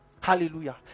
Hallelujah